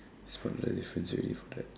found the difference already for that